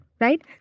Right